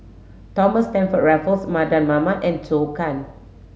Thomas Stamford Raffles Mardan Mamat and Zhou Can